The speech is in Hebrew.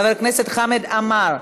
חבר הכנסת חמד עמאר,